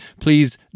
Please